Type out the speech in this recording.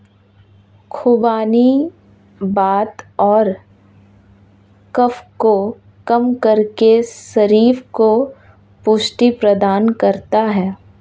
खुबानी वात और कफ को कम करके शरीर को पुष्टि प्रदान करता है